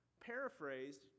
Paraphrased